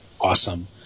awesome